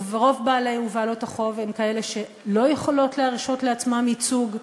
ורוב בעלי ובעלות החוב הם כאלה שלא יכולות להרשות לעצמן ייצוג.